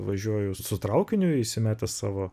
važiuoju su traukiniu įsimetęs savo